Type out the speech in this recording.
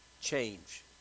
Change